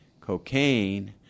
cocaine